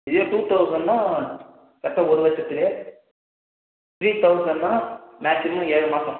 இதே டூ தவுசன்ட்னா கரெக்ட்டாக ஒரு வருடத்துலயே த்ரீ தவுசன்ட்னா மேக்ஸிமம் ஏழு மாதம்